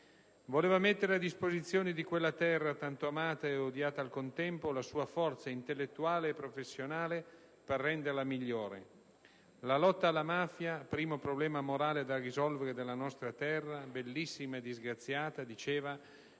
Voleva mettere a disposizione di quella terra, tanto amata e odiata al contempo, la sua forza intellettuale e professionale per renderla migliore. «La lotta alla mafia, primo problema morale da risolvere della nostra terra bellissima e disgraziata» - diceva